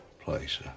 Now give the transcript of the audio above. place